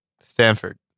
Stanford